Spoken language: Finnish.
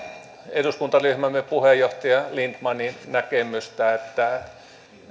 eduskuntaryhmämme puheenjohtaja lindtmanin näkemystä että